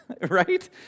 Right